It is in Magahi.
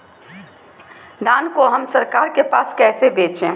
धान को हम सरकार के पास कैसे बेंचे?